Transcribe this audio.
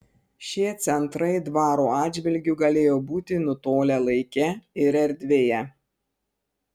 šie centrai dvaro atžvilgiu galėjo būti nutolę laike ir erdvėje